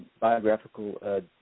biographical